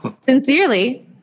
Sincerely